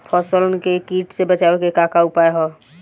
फसलन के कीट से बचावे क का उपाय है?